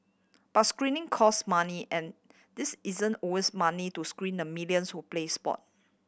but screening cost money and these isn't always money to screen the millions who play sport